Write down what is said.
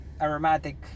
aromatic